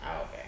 Okay